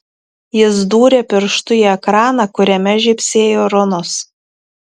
jis dūrė pirštu į ekraną kuriame žybsėjo runos